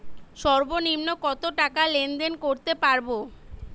সর্বনিম্ন কত টাকা লেনদেন করতে পারবো?